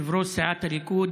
יושב-ראש סיעת הליכוד,